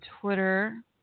Twitter